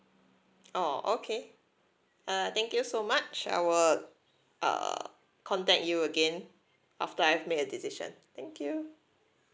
oh okay uh thank you so much I will uh contact you again after I've made a decision thank you